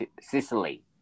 Sicily